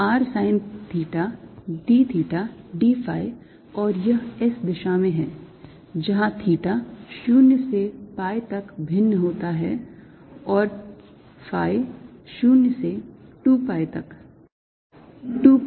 तो r sine theta d theta d phi और यह S दिशा में है जहाँ थीटा 0 से pi तक भिन्न होता है और phi 0 से 2 phi 2 pi तक भिन्न होता है